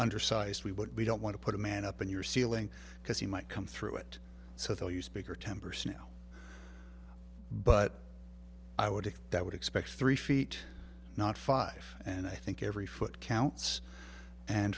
undersized we what we don't want to put a man up in your ceiling because he might come through it so they'll use bigger tempers now but i would say that would expect three feet not five and i think every foot counts and